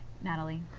natalie?